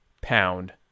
Pound